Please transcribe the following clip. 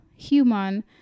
human